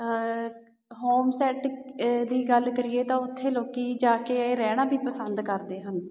ਹੋਮਸੈਟ ਦੀ ਗੱਲ ਕਰੀਏ ਤਾਂ ਉੱਥੇ ਲੋਕ ਜਾ ਕੇ ਰਹਿਣਾ ਵੀ ਪਸੰਦ ਕਰਦੇ ਹਨ